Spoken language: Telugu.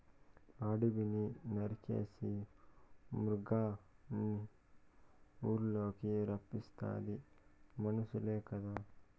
అడివిని నరికేసి మృగాల్నిఊర్లకి రప్పిస్తాది మనుసులే కదా